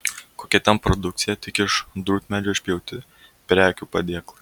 kokia ten produkcija tik iš drūtmedžio išpjauti prekių padėklai